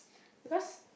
because